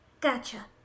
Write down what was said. Gotcha